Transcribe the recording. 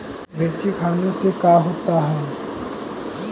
मिर्ची खाने से का होता है?